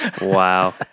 wow